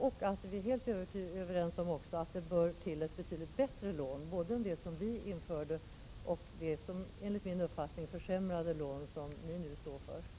Vi är också helt överens om att det bör införas ett ; betydligt bättre lån — ett lån som är bättre än det som vi genomförde och bättre än det, enligt min uppfattning, försämrade lån som socialdemokraterna infört.